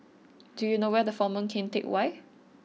do you know where the Former Keng Teck Whay